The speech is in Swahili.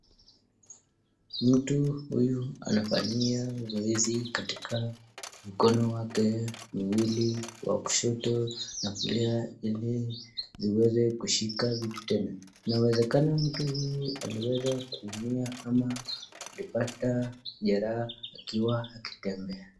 Mtu huyu anafanyia zoezi katika mkono wake miwili wa kushoto na kulia ili ziweze kushika vitu tena. Inawezekana mtu huyu aliweza kuumia ama alipata jeraha akiwa akitembea.